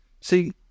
See